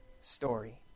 story